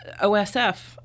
osf